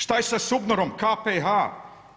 Šta je sa SUBNOR-om, KPH?